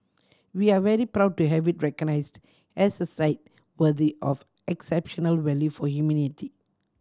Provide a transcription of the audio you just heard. we are very proud to have it recognised as a site worthy of exceptional value for humanity